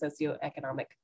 socioeconomic